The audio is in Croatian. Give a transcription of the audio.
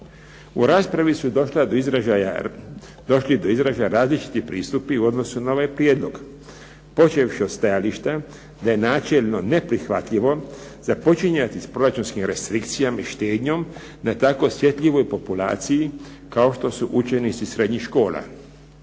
U raspravi su došli do izražaja različiti pristupi u odnosu na ovaj prijedlog počevši od stajališta da je načelno neprihvatljivo započinjati sa proračunskim restrikcijama i štednjom na tako osjetljivoj populaciji kao što su učenici srednjih škola.